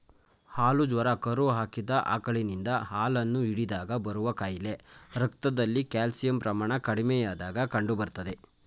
ಹಾಲು ಜ್ವರ ಕರು ಹಾಕಿದ ಆಕಳಿನಿಂದ ಹಾಲನ್ನು ಹಿಂಡಿದಾಗ ಬರುವ ಕಾಯಿಲೆ ರಕ್ತದಲ್ಲಿ ಕ್ಯಾಲ್ಸಿಯಂ ಪ್ರಮಾಣ ಕಡಿಮೆಯಾದಾಗ ಕಂಡುಬರ್ತದೆ